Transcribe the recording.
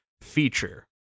feature